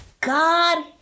God